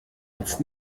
als